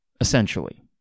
essentially